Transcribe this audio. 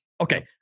Okay